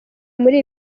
muri